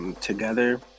Together